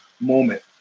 moment